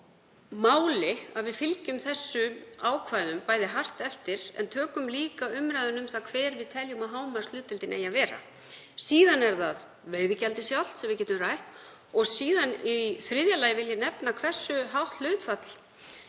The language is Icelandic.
máli er að við fylgjum þessum ákvæðum bæði hart eftir en tökum líka umræðuna um það hver við teljum að hámarkshlutdeild eigi að vera. Síðan er það veiðigjaldið sjálft sem við getum rætt og í þriðja lagi vil ég nefna hversu hátt hlutfall